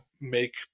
make